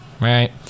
right